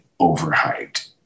overhyped